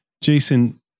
Jason